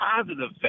positive